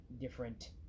different